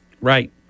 Right